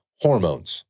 hormones